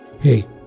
Hey